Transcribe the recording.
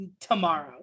tomorrow